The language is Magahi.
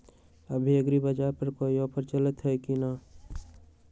अभी एग्रीबाजार पर कोई ऑफर चलतई हई की न?